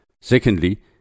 Secondly